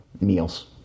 meals